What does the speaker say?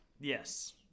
Yes